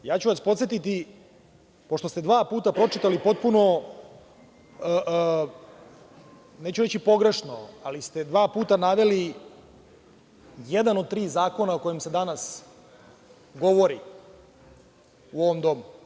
Podsetiću vas, pošto ste dva puta pročitali potpuno, neću reći pogrešno, ali ste dva puta naveli jedan od tri zakona o kom se danas govori u ovom domu.